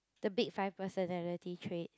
the big five personality trait